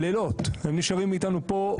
לפה.